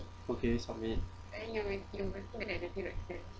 okay submit